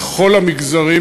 בכל המגזרים.